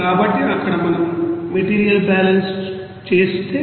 కాబట్టి అక్కడ మనం మెటీరియల్ బ్యాలెన్స్ చేస్తే